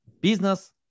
business